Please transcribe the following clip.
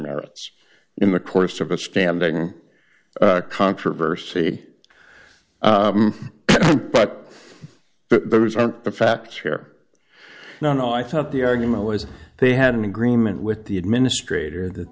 merits in the course of a standing controversy but those aren't the facts here now no i thought the argument was they had an agreement with the administrator that